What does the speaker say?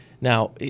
Now